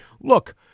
look